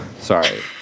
Sorry